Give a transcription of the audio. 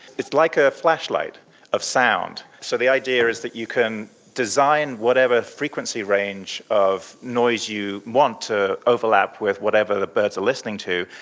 it's like a flashlight of sound. so the idea is that you can design whatever frequency range of noise you want to overlap with whatever the birds are listening to,